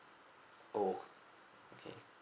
oh